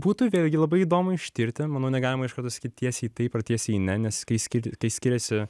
būtų vėlgi labai įdomu ištirti manau negalima iš karto sakyt tiesiai taip ar tiesiai ne nes kai ski kai skiriasi